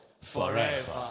forever